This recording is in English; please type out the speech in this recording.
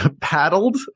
paddled